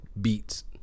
beats